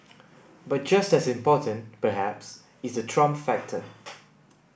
but just as important perhaps is the Trump factor